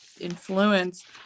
influence